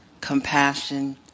compassion